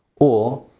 or,